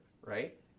right